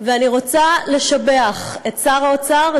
ואני רוצה לשבח את שר האוצר,